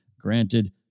granted